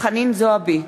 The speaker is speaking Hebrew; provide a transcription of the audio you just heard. חנין זועבי,